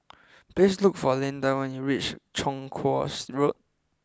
please look for Lindy when you reach Chong Kuo Road